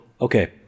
okay